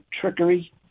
trickery